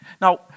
Now